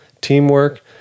teamwork